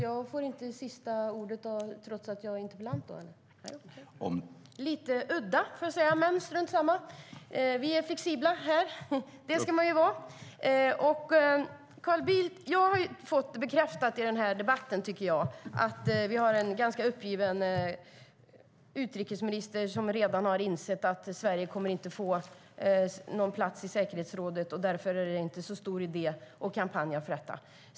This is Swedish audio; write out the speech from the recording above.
Herr talman! Jag har i denna debatt fått bekräftat att vi har en ganska uppgiven utrikesminister som redan har insett att Sverige inte kommer att få någon plats i säkerhetsrådet och att det därför inte är så stor idé att kampanja för detta.